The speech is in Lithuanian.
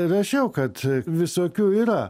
rašiau kad visokių yra